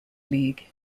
league